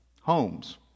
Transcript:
homes